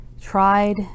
tried